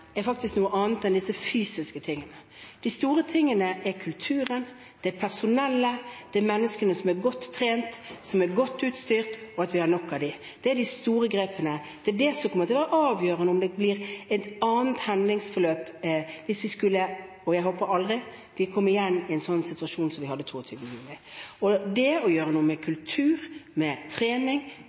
faktisk er noe annet enn disse fysiske tingene. De store tingene er kulturen, personellet, menneskene som er godt trent, som er godt utstyrt, og at vi har nok av dem. Det er de store grepene. Det er det som kommer til å være avgjørende for om det blir et annet hendelsesforløp, hvis vi igjen – noe jeg håper aldri vil skje – skulle komme i en situasjon som den vi hadde 22. juli. Det å gjøre noe med kultur, med trening,